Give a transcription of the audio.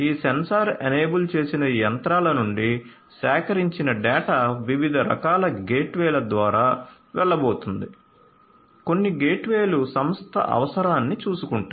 ఈ sensor enable చేసిన యంత్రాల నుండి సేకరించిన డేటా వివిధ రకాల గేట్వేల ద్వారా వెళ్ళబోతోంది కొన్ని గేట్వేలు సంస్థ అవసరాన్ని చూసుకుంటాయి